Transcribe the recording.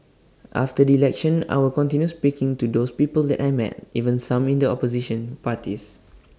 after the election I will continue speaking to these people that I met even some in the opposition parties